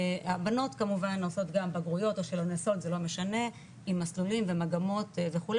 הבנות עושות גם בגרויות עם מסלולים ומגמות וכו',